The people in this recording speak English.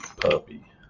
Puppy